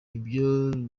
ibyo